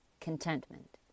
contentment